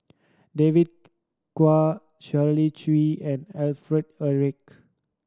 David Kwo Shirley Chew and Alfred Eric